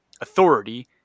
authority